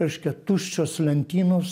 reiškia tuščios lentynos